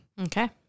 Okay